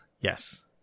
yes